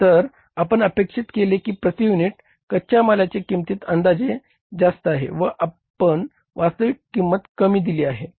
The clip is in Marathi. तर आपण अपेक्षित केले की प्रती युनिट कच्या मालाची किंमत अंदाजाने जास्त आहे व आपण वास्तविक किंमत कमी दिली आहे